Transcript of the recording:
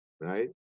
right